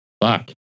fuck